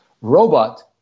robot